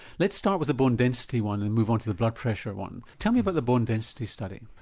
let's start with the bone density one, and move on to the blood pressure one. tell me about the bone density study.